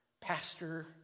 Pastor